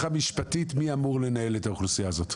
המשפטית מי אמור לנהל את האוכלוסייה הזאת?